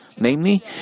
Namely